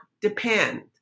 depend